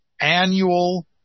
annual